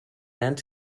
hand